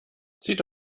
zieht